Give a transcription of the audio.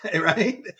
right